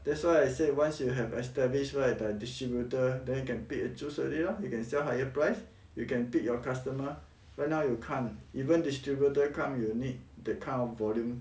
that's why I said once you have established right like distributor then you can pick and choose already loh you can sell higher price you can pick your customer but now you can't even distributor come you will need that kind of volume